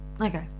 okay